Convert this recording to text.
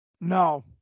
no